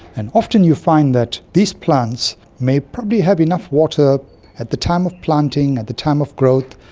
and often you find that these plants may probably have enough water at the time of planting, at the time of growth,